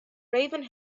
raven